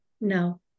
No